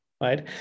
right